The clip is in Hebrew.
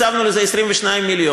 הקצבנו לזה 22 מיליון,